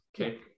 okay